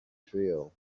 trio